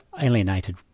alienated